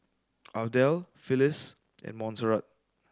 Ardelle Phylis and Monserrat